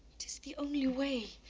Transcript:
it is the only way.